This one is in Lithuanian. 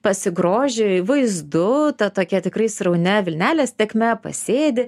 pasigroži vaizdu ta tokia tikrai sraunia vilnelės tėkme pasėdi